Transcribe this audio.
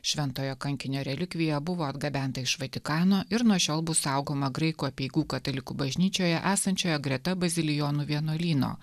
šventojo kankinio relikvija buvo atgabenta iš vatikano ir nuo šiol bus saugoma graikų apeigų katalikų bažnyčioje esančioje greta bazilijonų vienuolyno